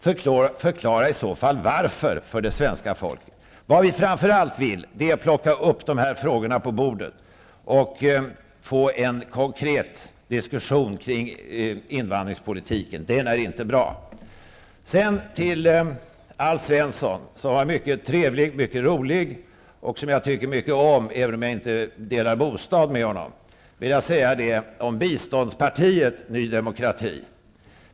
Förklara i så fall varför för det svenska folket. Vi vill framför allt plocka upp dessa frågor på bordet och få en konkret diskussion kring invandrarpolitiken. Den är inte bra. Alf Svensson är mycket trevlig och rolig, och jag tycker om honom, även om jag inte delar bostad med honom. Vidare har vi biståndspartiet Ny demokrati.